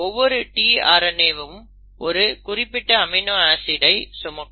ஒவ்வொரு tRNA வும் ஒரு குறிப்பிட்ட அமினோ ஆசிடை சுமக்கும்